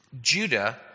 Judah